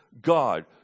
God